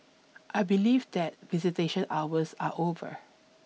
I believe that visitation hours are over